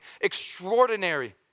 extraordinary